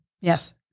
Yes